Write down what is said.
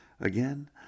Again